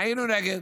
היינו נגד.